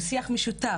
הוא שיח משותף,